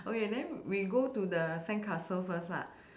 okay then we go to the sandcastle first lah